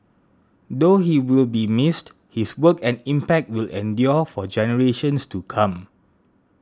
though he will be missed his work and impact will endure for generations to come